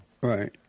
Right